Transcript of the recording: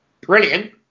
Brilliant